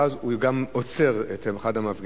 ואז הוא גם עוצר את אחד המפגינים,